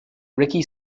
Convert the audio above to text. ricky